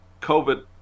COVID